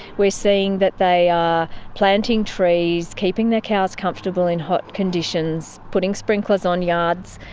we're seeing that they are planting trees, keeping their cows comfortable in hot conditions, putting sprinklers on yards,